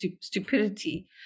Stupidity